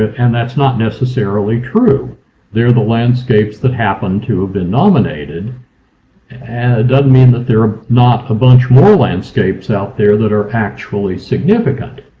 and that's not necessarily true they're the landscapes that happen to have been nominated and it doesn't mean that they're not a bunch more landscapes out there that are actually significant.